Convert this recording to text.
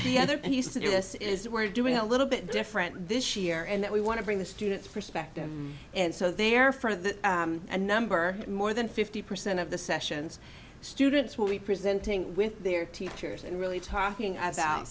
to this is we're doing a little bit different this year and that we want to bring the students perspective and so they're for the a number more than fifty percent of the sessions students will be presenting with their teachers and really talking as out